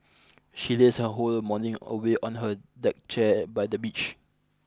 she lazed her whole morning away on her deck chair by the beach